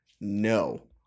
no